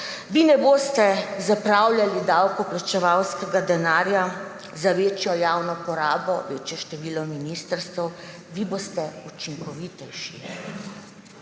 Vi ne boste zapravljali davkoplačevalskega denarja za večjo javno porabo, večje število ministrstev − vi boste učinkovitejši.